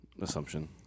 assumption